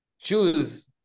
choose